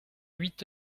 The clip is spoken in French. huit